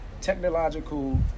Technological